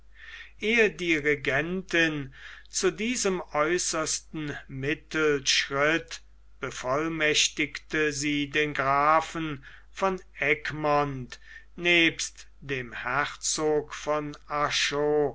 ehe die regentin zu diesem äußerten mittel schritt bevollmächtigte sie den grafen von egmont nebst dem herzog von arschot